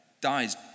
dies